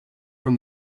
from